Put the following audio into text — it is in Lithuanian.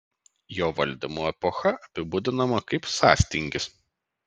jo valdymo epocha apibūdinama kaip sąstingis